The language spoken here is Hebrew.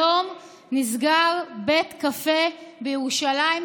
היום נסגר בית קפה בירושלים,